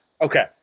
okay